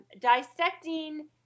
dissecting